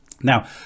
now